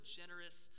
generous